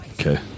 Okay